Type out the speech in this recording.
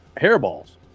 hairballs